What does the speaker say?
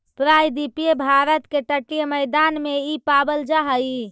प्रायद्वीपीय भारत के तटीय मैदान में इ पावल जा हई